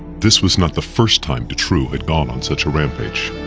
this was not the first time dutroux had gone on such a rampage.